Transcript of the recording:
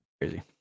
Crazy